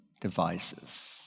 devices